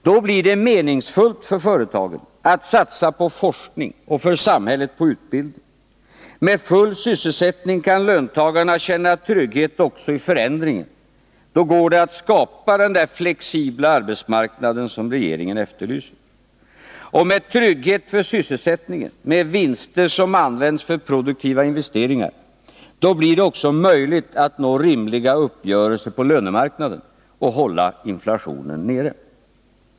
Då blir det meningsfullt för företagen att satsa på forskning och för samhället på utbildning. Med full sysselsättning kan löntagarna känna trygghet också i förändringar, då går det att skapa den flexibla arbetsmarknad som regeringen efterlyser. Och med trygghet för sysselsättningen, med vinster som används för produktiva investeringar, blir det också möjligt att nå rimliga uppgörelser på lönemarknaden och att hålla inflationen nere.